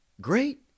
Great